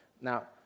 Now